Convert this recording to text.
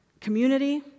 community